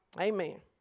Amen